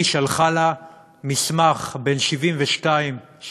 היא שלחה לה מסמך בן 72 עמודים,